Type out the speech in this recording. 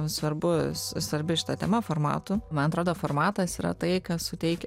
svarbus svarbi šita tema formatų man atrodo formatas yra tai kas suteikia